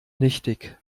nichtig